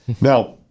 Now